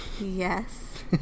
Yes